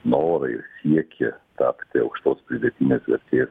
norą ir siekį tapti aukštos pridėtinės vertės